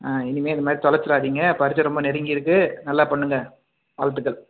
ஆ இனிமே இதைமாரி தொலைச்சிடாதீங்கள் பரிட்சை ரொம்ப நெருங்கிருக்கு நல்லா பண்ணுங்கள் வாழ்த்துக்கள்